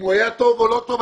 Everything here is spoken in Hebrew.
אם הוא היה טוב או לא טוב,